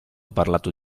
parlato